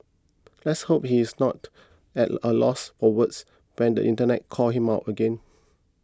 let's hope he's not at a loss for words when the internet calls him out again